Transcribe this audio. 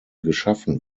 geschaffen